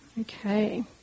Okay